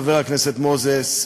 חבר הכנסת מוזס,